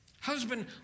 Husband